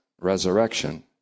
resurrection